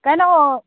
ꯀꯩꯅꯣ